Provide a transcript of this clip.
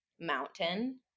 mountain